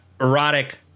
erotic